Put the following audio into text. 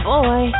Boy